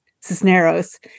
Cisneros